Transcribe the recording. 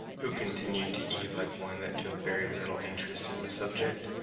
who continued to eat like one that took very little interest in the subject.